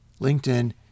LinkedIn